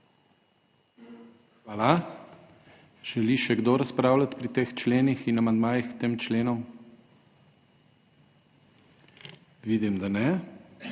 Hvala. Želi še kdo razpravljati pri teh členih in amandmajih k tem členom? (Ne.) Vidim, da ne,